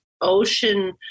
ocean-